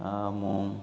ମୁଁ